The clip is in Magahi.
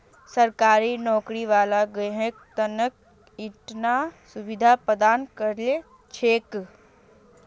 सरकारी नौकरी वाला ग्राहकेर त न ईटा सुविधा प्रदान करील छेक